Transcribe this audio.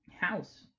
house